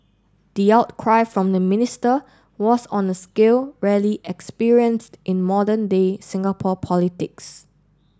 the outcry from the minister was on a scale rarely experienced in modern day Singapore politics